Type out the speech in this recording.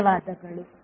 ಧನ್ಯವಾದಗಳು